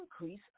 increase